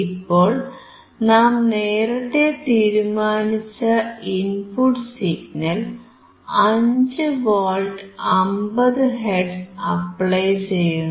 ഇപ്പോൾ നാം നേരത്തേ തീരുമാനിച്ച input signal 5 volt 50 hertz apply ചെയ്യുന്നു